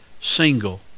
single